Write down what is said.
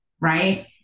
right